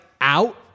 out